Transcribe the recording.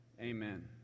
Amen